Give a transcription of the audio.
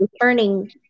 returning